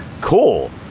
cool